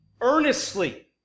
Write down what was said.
earnestly